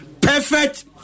perfect